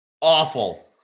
Awful